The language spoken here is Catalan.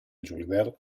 julivert